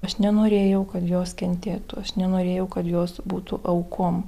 aš nenorėjau kad jos kentėtų aš nenorėjau kad jos būtų aukom